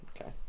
Okay